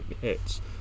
hits